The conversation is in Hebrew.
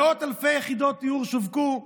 מאות אלפי יחידות דיור שווקו,